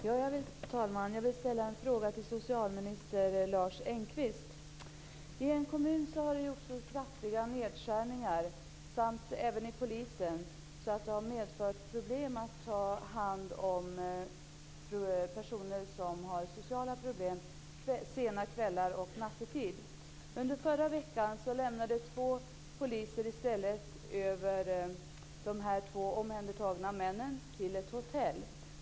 Fru talman! Jag vill ställa en fråga till socialminister Lars Engqvist. I en kommun har det gjorts så kraftiga nedskärningar även inom polisen att det har medfört problem att ta hand om personer med sociala problem under sena kvällar och nattetid. Under förra veckan lämnade två poliser i stället över två omhändertagna män till ett hotell.